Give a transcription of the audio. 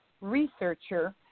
researcher